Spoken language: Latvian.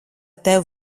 tev